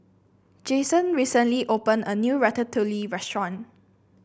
Jason recently opened a new Ratatouille restaurant